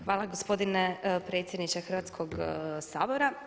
Hvala gospodine predsjedniče Hrvatskoga sabora.